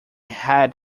head